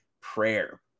prayer